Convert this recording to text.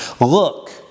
Look